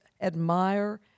admire